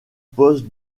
poste